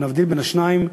נבדיל בין השתיים,